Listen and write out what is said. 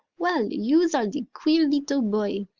well, yous are de queer leetle boy.